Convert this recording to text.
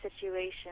situation